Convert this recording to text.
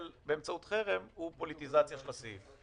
באמצעות חרם הוא פוליטיזציה של הסעיף?